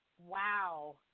Wow